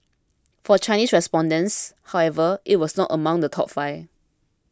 for Chinese respondents however it was not among the top five